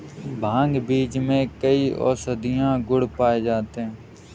भांग बीज में कई औषधीय गुण पाए जाते हैं